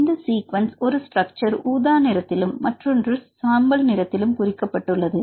இந்த சீக்வென்ஸ் ஒரு ஸ்ட்ரக்சர் ஊதா நிறத்திலும் மற்றொன்று சாம்பல் நிறத்திலும் குறிக்கப்பட்டுள்ளது